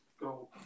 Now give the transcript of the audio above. go